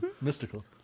mystical